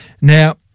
Now